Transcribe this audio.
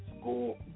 school